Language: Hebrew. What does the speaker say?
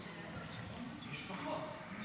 יש פחות.